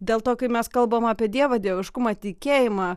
dėl to kai mes kalbam apie dievą dieviškumą tikėjimą